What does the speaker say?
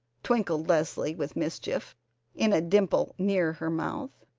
twinkled leslie with mischief in a dimple near her mouth.